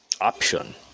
option